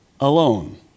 alone